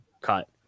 cut